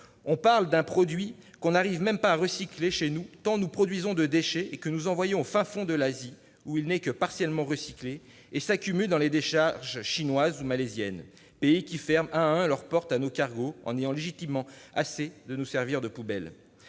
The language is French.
On parle d'un produit que nous n'arrivons même pas à recycler chez nous, tant nous produisons de déchets, et que nous envoyons au fin fond de l'Asie, où il n'est que partiellement recyclé et s'accumule dans les décharges chinoises ou malaisiennes, pays qui ferment un à un leurs portes à nos cargos, car ils en ont assez- c'est légitime -de nous servir de poubelles.